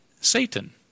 Satan